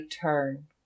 turn